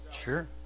Sure